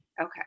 Okay